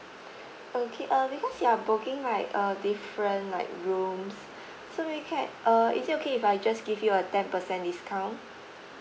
okay uh because you are booking right uh different like rooms so we can err is it okay if I just give you a ten percent discount